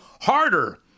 Harder